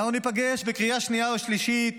אנחנו ניפגש בקריאה שנייה ושלישית